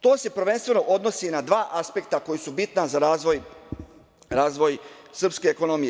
To se prvenstveno odnosi na dva aspekta koji su bitna za razvoj srpske ekonomije.